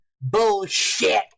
bullshit